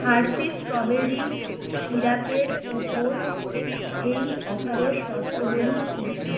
Hershey's strawberry সিরাপের ওপর এই অফারের শর্তাবলী কী কী